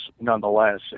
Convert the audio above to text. nonetheless